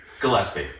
Gillespie